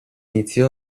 iniziò